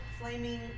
flaming